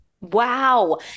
wow